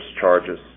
charges